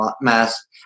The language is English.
mass